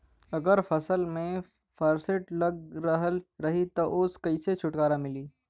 अगर फसल में फारेस्ट लगल रही त ओस कइसे छूटकारा मिली?